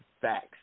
Facts